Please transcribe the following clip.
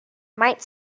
might